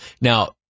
now